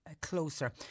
closer